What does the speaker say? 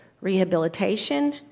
rehabilitation